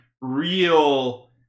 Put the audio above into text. real